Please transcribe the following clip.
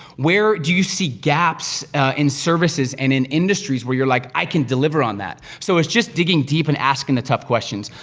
where do you see gaps in services, and in industries, where you're like, i can deliver on that? so, it's just digging deep, and askin' the tough questions.